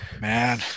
man